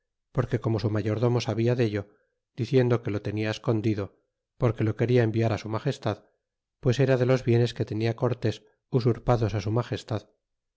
porque como su mayordomo sabia dello diciendo que lo tenia escondido porque lo quena enviar su magestad pues era de los bienes que tenia cortes usurpados su magestad